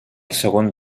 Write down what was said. segon